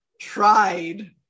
tried